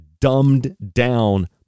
dumbed-down